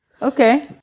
okay